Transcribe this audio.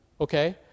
okay